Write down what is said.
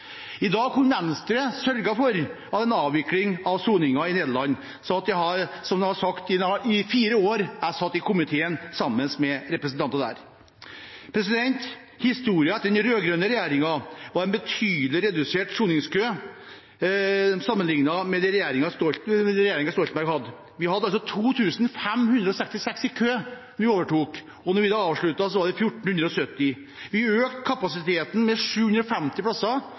I dag kunne Venstre sørget for en avvikling av soningen i Nederland, slik det ble sagt i fire år da jeg satt i komiteen sammen med partiets representanter. Historien etter den rød-grønne regjeringen var en betydelig redusert soningskø, sammenlignet med da regjeringen Stoltenberg tok over. Vi hadde 2 566 i kø da vi overtok, og da vi avsluttet, var det 1 470. Vi økte kapasiteten med 750 plasser,